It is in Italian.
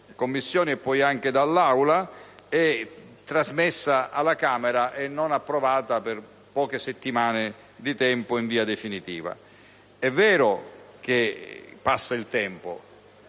Commissioni e poi dall'Assemblea, trasmesso alla Camera e non approvato, per poche settimane di tempo, in via definitiva. È vero che il tempo